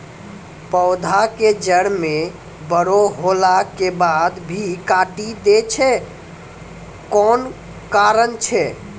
पौधा के जड़ म बड़ो होला के बाद भी काटी दै छै कोन कारण छै?